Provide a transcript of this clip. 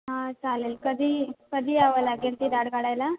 हां चालेल कधी कधी यावं लागेल ती दाढ काढायला